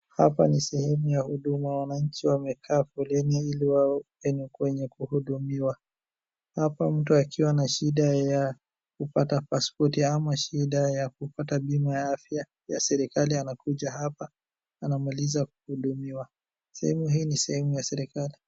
Hapa ni sehemu ya huduma wananchi wamekaa foleni ili wawe kwenye kuhudumiwa. Hapa mtu akiwa na shida ya kupata pasipoti ama shida ya kupata bima ya afya ya serikali anakuja hapa anamaliza kuhudumiwa. Sehemu hii ni sehemu ya serikali.